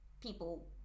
people